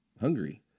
Hungary